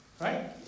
Right